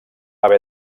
haver